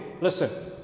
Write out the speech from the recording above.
listen